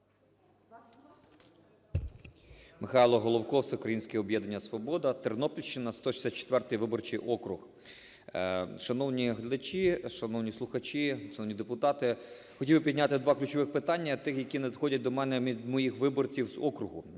Михайло Головко, Всеукраїнське об'єднання "Свобода", Тернопільщина, 164 виборчий округ. Шановні глядачі, шановні слухачі, шановні депутати, хотів би підняти два ключових питання, тих, які надходять до мене від моїх виборців з округу,